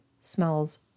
smells